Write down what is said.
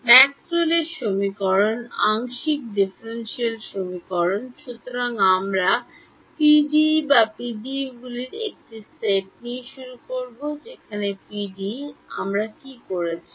ম্যাক্সওয়েলের Maxwell'sসমীকরণ আংশিক ডিফারেনশিয়াল সমীকরণ সুতরাং আমরা পিডিই বা পিডিইগুলির একটি সেট দিয়ে শুরু করি ঠিক এই PDE কে আমরা কী করেছি